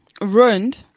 ruined